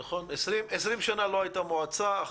נכון, 20 שנה לא הייתה מועצה.